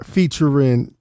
Featuring